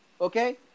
okay